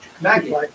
Maggie